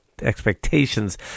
Expectations